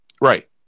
right